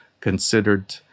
considered